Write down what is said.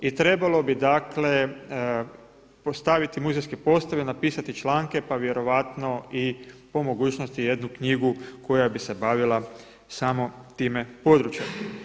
I trebalo bi dakle postaviti muzejske postave, napisati članke pa vjerojatno i po mogućnosti jednu knjigu koja bi se bavila samo time područjem.